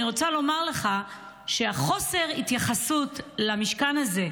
אני רוצה לומר לך שחוסר ההתייחסות למשכן הזה,